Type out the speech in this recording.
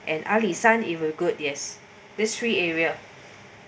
and ali shan if a good there's this three area